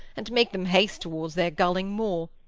and make them haste towards their gulling more.